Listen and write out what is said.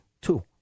two